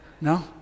No